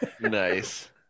Nice